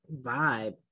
vibe